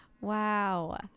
wow